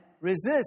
resist